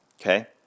Okay